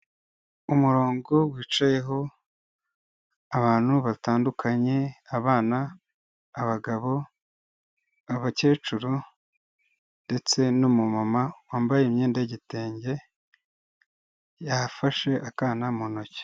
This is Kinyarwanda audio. Umurongo wicayeho, abantu batandukanye, abana, abagabo, abakecuru ndetse n'umuma wambaye imyenda y'igitenge, yafashe akana mu ntoki.